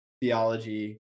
theology